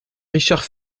richard